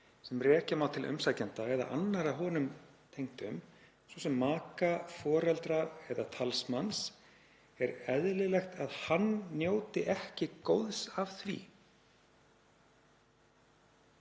sem rekja má til umsækjanda eða annarra honum tengdra, svo sem maka, foreldra, eða talsmanns, er eðlilegt að hann njóti ekki góðs af því.“